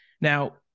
Now